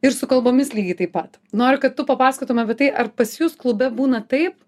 ir su kalbomis lygiai taip pat noriu kad tu papasakotum apie tai ar pas jus klube būna taip